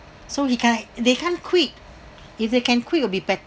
so he can't they can't quit if they can quit will be better